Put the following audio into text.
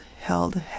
Held